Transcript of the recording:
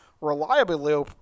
reliably